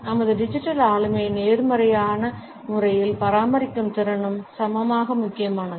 நமது டிஜிட்டல் ஆளுமையை நேர்மறையான முறையில் பராமரிக்கும் திறனும் சமமாக முக்கியமானது